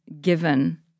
given